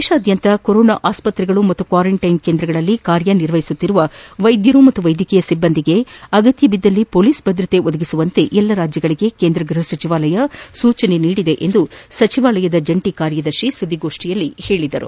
ದೇಶಾದ್ಯಂತ ಕೊರೋನಾ ಆಸ್ತ್ರೆಗಳು ಪಾಗೂ ಕ್ವಾರಂಟೈನ್ ಕೇಂದ್ರಗಳಲ್ಲಿ ಕಾರ್ಯ ನಿರ್ವಹಿಸುತ್ತಿರುವ ವೈದ್ಯರು ಮತ್ತು ವೈದ್ಯಕೀಯ ಸಿಬ್ಬಂದಿಗೆ ಅಗತ್ಯವಿದ್ದಲ್ಲಿ ಮೊಲೀಸ್ ಭದ್ರತೆ ಒದಗಿಸುವಂತೆ ಎಲ್ಲಾ ರಾಜ್ಯಗಳಿಗೆ ಕೇಂದ್ರ ಗೃಹ ಸಚಿವಾಲಯ ಸೂಚಿಸಿರುವುದಾಗಿ ಸಚಿವಾಲಯದ ಜಂಟಿ ಕಾರ್ಯದರ್ಶಿ ತಿಳಿಸಿದ್ದಾರೆ